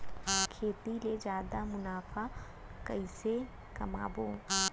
खेती ले जादा मुनाफा कइसने कमाबो?